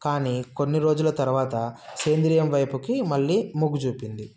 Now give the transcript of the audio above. కానీ కొన్ని రోజుల తర్వాత సేంద్రియం వైపుకి మళ్ళీ మొగ్గు చూపింది